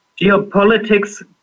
Geopolitics